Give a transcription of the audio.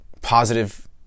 positive